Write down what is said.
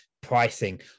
pricing